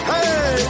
Hey